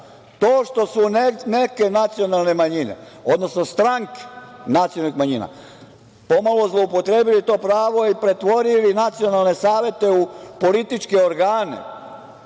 To što su neke nacionalne manjine, odnosno stranke nacionalnih manjina pomalo zloupotrebili to pravo i pretvorili nacionalne savete u političke organe,